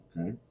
okay